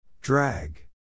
Drag